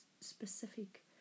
specific